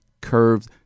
curved